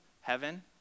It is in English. heaven